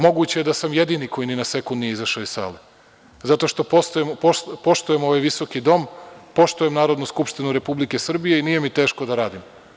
Moguće je da sam jedini koji ni na sekund nije izašao iz sale zato što poštujem ovaj visoki dom, poštujem Narodnu skupštinu Republike Srbije i nije mi teško da radim.